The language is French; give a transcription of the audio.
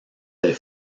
des